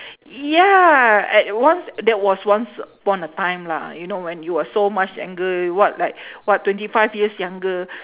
yeah at once that was once upon a time lah you know when you were so much younger what like what twenty five years younger